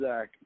Zach